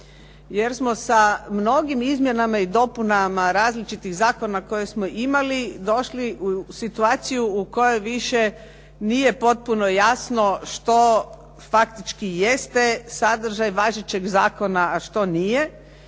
jer smo sa mnogim izmjenama i dopunama različitih zakona koje smo imali došli u situaciju u kojoj više nije potpuno jasno što faktički jeste sadržaj važećeg zakona, a što nije